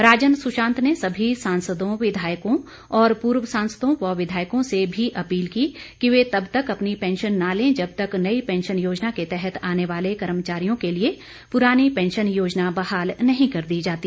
राजन सुशांत ने सभी सांसदों विधायकों और पूर्व सांसदों व विधायकों से भी अपील की कि वे तब तक अपनी पैंशन न लें जब तक नई पैंशन योजना के तहत आने वाले कर्मचारियों के लिए पुरानी पैंशन योजना बहाल नहीं कर दी जाती